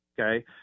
okay